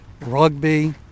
rugby